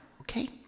okay